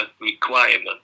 requirement